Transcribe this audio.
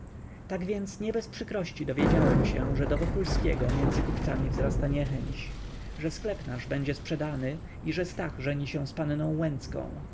tak więc nie bez przykrości dowiedziałem się że do wokulskiego między kupcami wzrasta niechęć że sklep nasz będzie sprzedany i że stach żeni się z panną łęcką